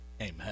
Amen